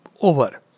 over